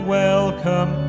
welcome